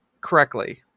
correctly